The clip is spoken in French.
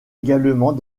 également